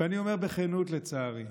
ואני אומר בכנות "לצערי",